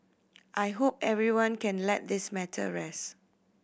I hope everyone can let this matter rest